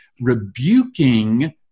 Rebuking